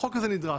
החוק הזה נדרש.